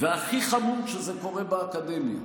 והכי חמור, שזה קורה באקדמיה.